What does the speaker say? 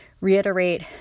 reiterate